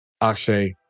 Akshay